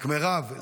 רק מירב,